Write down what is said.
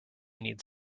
needs